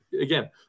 again